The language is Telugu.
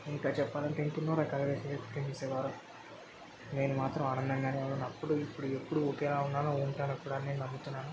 ఇంకా చెప్పాలంటే ఇంకెన్నో రకాలుగా సేఫ్టీ చేసేవారు నేను మాత్రం ఆనందంగానే ఉన్నాను అప్పుడు ఇప్పుడు ఎప్పుడు ఒకేలా ఉన్నాను ఉంటాను కూడా నమ్ముతున్నాను